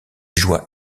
joua